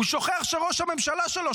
שוכח שראש הממשלה שלו,